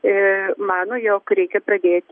a mano jog reikia pradėti